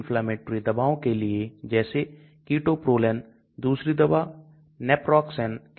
तो यदि octanol मैं अधिक दवा है जिसका अर्थ है कि दवा हाइड्रोफोबिक है यदि दवा पानी में अधिक है जिसका अर्थ है कि यह हाइड्रोफिलिक है